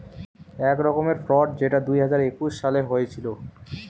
এক রকমের ফ্রড যেটা দুই হাজার একুশ সালে হয়েছিল